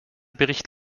bericht